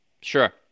Sure